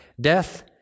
Death